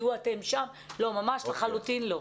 תהיו אתם שם' לחלוטין לא.